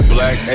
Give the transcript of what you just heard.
Black